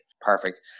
Perfect